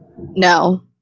No